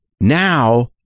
now